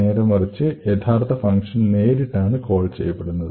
നേരെമറിച്ച് ഫങ്ഷൻ കോഡിലേക്ക് നേരിട്ടുള്ള ജമ്പ് ആണുണ്ടാവുക